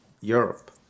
Europe